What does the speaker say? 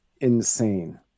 insane